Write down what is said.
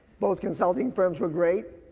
both consulting firms were great.